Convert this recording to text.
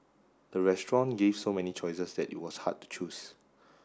the restaurant gave so many choices that it was hard to choose